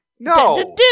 No